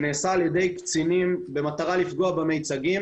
מה שנעשה על ידי קצינים במטרה לפגוע במיצגים.